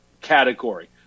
category